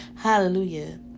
Hallelujah